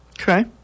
Okay